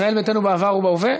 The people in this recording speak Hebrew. ישראל ביתנו בעבר ובהווה?